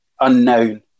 unknown